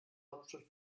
hauptstadt